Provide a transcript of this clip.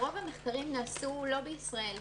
רוב המחקרים נעשו לא בישראל.